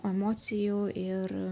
emocijų ir